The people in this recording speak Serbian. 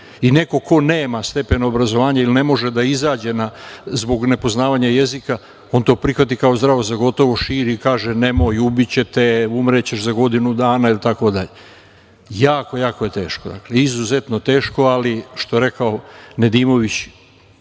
i neko ko nema stepen obrazovanja ili ne može da izađe zbog nepoznavanja jezika, on to prihvati kao zdravo za gotovo, širi i kaže – nemoj, ubiće te, umrećeš za godinu dana itd. Jako, jako je teško, izuzetno teško, ali što rekao Nedimović